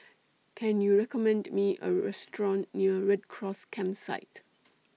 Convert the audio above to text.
Can YOU recommend Me A Restaurant near Red Cross Campsite